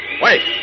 Wait